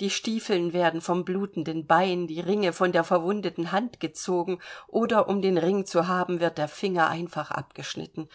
die stiefeln werden vom blutenden bein die ringe von der verwundeten hand gezogen oder um den ring zu haben wird der finger einfach abgeschnitten